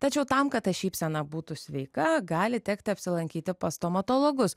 tačiau tam kad ta šypsena būtų sveika gali tekti apsilankyti pas stomatologus